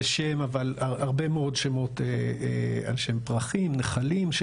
הרבה מאוד שמות על שם פרחים, נחלים,